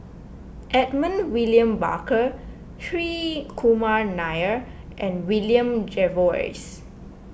Edmund William Barker Hri Kumar Nair and William Jervois